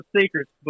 secrets